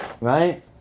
Right